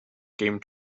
game